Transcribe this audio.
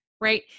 right